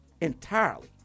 entirely